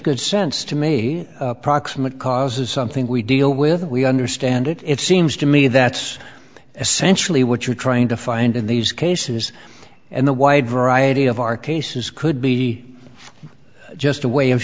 good sense to me proximate cause is something we deal with we understand it it seems to me that's essentially what you're trying to find in these cases and the wide variety of our cases could be just a way of